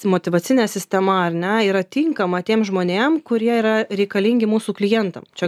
motyvacinė sistema ar ne yra tinkama tiem žmonėm kurie yra reikalingi mūsų klientam čia